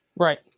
Right